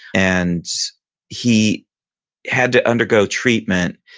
and he had to undergo treatment.